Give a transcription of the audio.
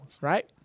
right